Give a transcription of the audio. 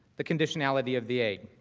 the conditionality of the eight.